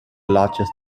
largest